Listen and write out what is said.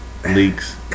Leaks